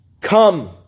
Come